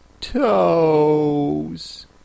Toes